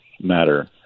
matter